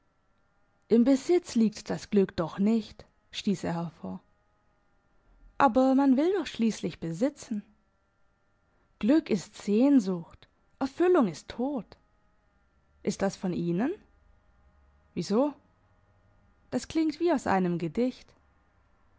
im besitz liegt das glück doch nicht stiess er hervor aber man will doch schliesslich besitzen glück ist sehnsucht erfüllung ist tod ist das von ihnen wie so das klingt wie aus einem gedicht